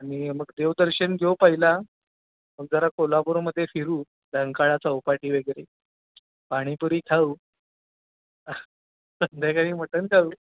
आणि मग देवदर्शन घेऊ पहिला मग जरा कोल्हापूरमध्ये फिरू रंकाळा चौपाटी वगैरे पाणीपुरी खाऊ संध्याकाळी मटन खाऊ